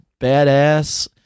badass